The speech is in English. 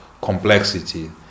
complexity